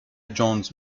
جونز